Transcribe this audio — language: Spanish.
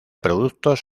productos